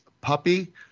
puppy